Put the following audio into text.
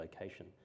location